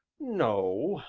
no,